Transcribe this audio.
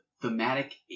thematic